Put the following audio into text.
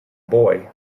boy